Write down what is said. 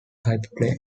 hyperplane